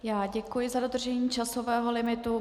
Já děkuji za dodržení časového limitu.